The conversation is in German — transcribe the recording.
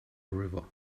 river